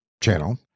channel